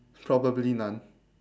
probably none